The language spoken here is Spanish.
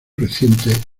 recientes